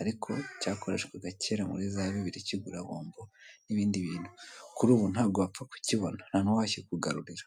ariko cyakoreshwaga kera muri za bibiri kigura bombo n'ibindi bintu, kur'ubu ntago wapfa kukibona ntanuwakikugarurira.